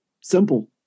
simple